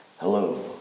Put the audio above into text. Hello